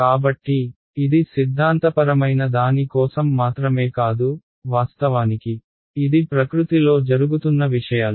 కాబట్టి ఇది సిద్ధాంతపరమైన దాని కోసం మాత్రమే కాదు వాస్తవానికి ఇది ప్రకృతిలో జరుగుతున్న విషయాలు